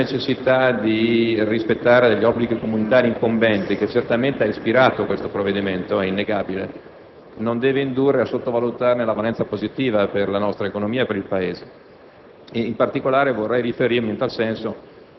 ma non per questo meno importante. La stessa necessità di rispettare degli obblighi comunitari incombenti che certamente ha ispirato questo provvedimento (è innegabile) non deve indurre a sottovalutarne la valenza positiva per l'economia e per il Paese.